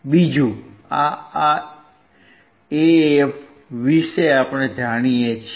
બીજું આ AF વિશે આપણે જાણીએ છીએ